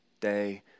day